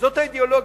זאת האידיאולוגיה.